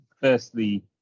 firstly